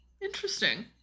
interesting